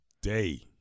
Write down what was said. day